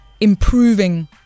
improving